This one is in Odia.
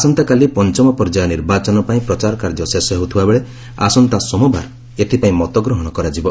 ଆସନ୍ତାକାଲି ପଞ୍ଚମ ପର୍ଯ୍ୟାୟ ନିର୍ବାଚନ ପାଇଁ ପ୍ରଚାର କାର୍ଯ୍ୟ ଶେଷ ହେଉଥିବା ବେଳେ ଆସନ୍ତା ସୋମବାର ଏଥିପାଇଁ ମତଗ୍ରହଣ କରାଯିବ